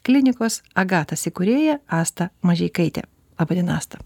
klinikos agatas įkūrėja asta mažeikaitė laba diena asta